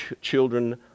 children